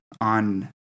on